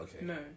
no